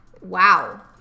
wow